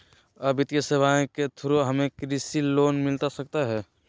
आ वित्तीय सेवाएं के थ्रू हमें कृषि लोन मिलता सकता है?